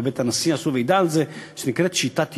בבית הנשיא עשו ועידה על זה, נקראה שיטת י"ש.